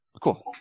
Cool